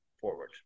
forward